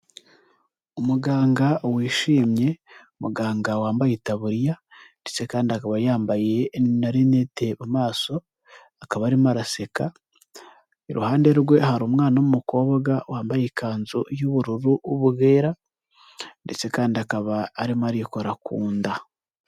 Umuganga wishimye, umuganga wambaye itaburiya ndetse kandi akaba yambaye na rinete mu maso, akaba arimo araseka. Iruhande rwe hari umwana w'umukobwa wambaye ikanzu y'ubururu bwera, ndetse kandi akaba arimo arikora ku nda.